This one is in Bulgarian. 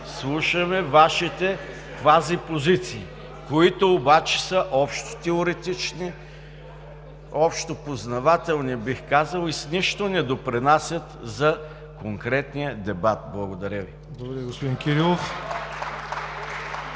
слушаме Вашите квазипозиции, които обаче са общо теоретични, общо познавателни бих казал, и с нищо не допринасят за конкретния дебат. Благодаря Ви.